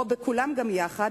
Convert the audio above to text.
או בכולם גם יחד,